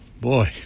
Boy